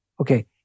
Okay